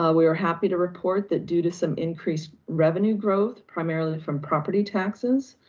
ah we were happy to report that due to some increased revenue growth, primarily from property taxes,